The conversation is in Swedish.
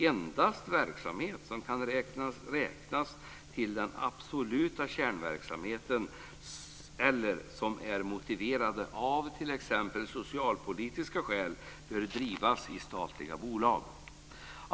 Endast verksamhet som kan räknas till den absoluta kärnverksamheten eller som är motiverad av t.ex. socialpolitiska skäl bör drivas i statliga bolag.